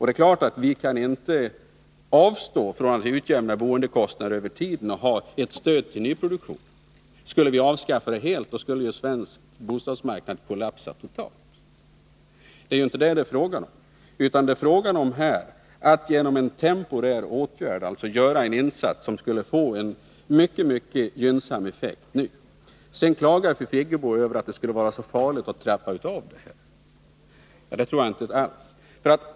Det är klart att vi inte kan avstå från att utjämna boendekostnaderna över tiden och att ha ett stöd till 139 nyproduktion. Skulle vi avskaffa det helt skulle svensk bostadsmarknad kollapsa totalt. Men det är inte det frågan gäller. Det är här fråga om att genom en temporär åtgärd göra en insats som skulle få en mycket gynnsam effekt nu. Sedan sade fru Friggebo att det skulle vara så farligt att trappa av en sådan här subvention. Det tror jag inte alls.